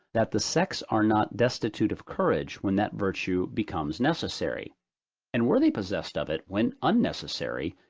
that the sex are not destitute of courage when that virtue becomes necessary and were they possessed of it, when unnecessary,